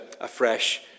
afresh